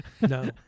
No